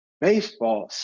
baseball